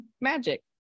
magic